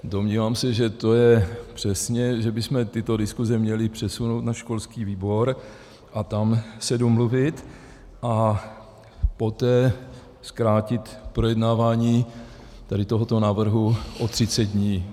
Domnívám se, že to je přesně, že bychom tyto diskuse měli přesunout na školský výbor a tam se domluvit a poté zkrátit projednávání tady tohoto návrhu o třicet dní.